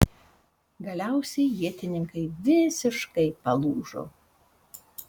galiausiai ietininkai visiškai palūžo